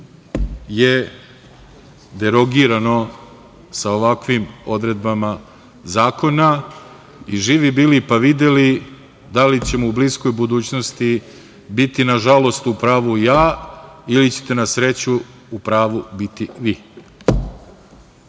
je derogirano sa ovakvim odredbama zakona i živi bili pa videli da li ćemo u bliskoj budućnosti biti nažalost u pravu ja ili ćete na sreću u pravu biti vi.